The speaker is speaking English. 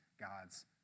God's